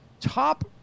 top